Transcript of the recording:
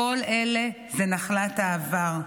כל אלה הם נחלת העבר.